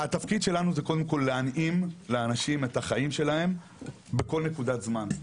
התפקיד שלנו זה קודם כל להנעים לאנשים את החיים שלהם בכל נקודת זמן.